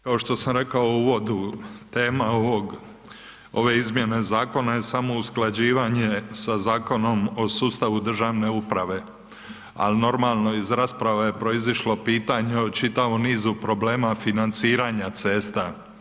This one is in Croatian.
Kao što sam rekao u uvodu tema ovog, ove izmjene zakona je samo usklađivanje sa Zakonom o sustavu državne uprave, ali normalno iz rasprava je proizašlo pitanje o čitavom nizu problema financiranja cesta.